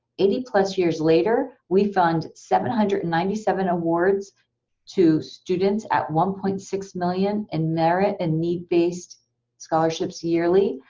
eighty plus years later, we fund seven hundred and ninety seven awards to students at one point six million, and merit and need-based scholarships yearly.